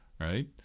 right